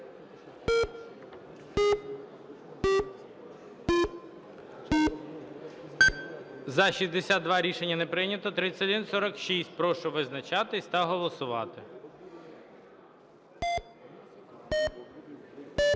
За-62 Рішення не прийнято. 3135. Прошу визначатись та голосувати.